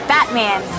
Batman